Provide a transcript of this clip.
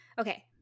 Okay